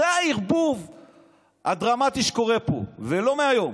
זה הערבוב הדרמטי שקורה פה, ולא מהיום,